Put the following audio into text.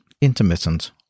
intermittent